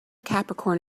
capricorn